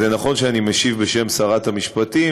זה נכון שאני משיב בשם שרת המשפטים,